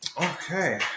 Okay